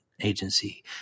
agency